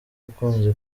ukunze